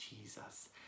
Jesus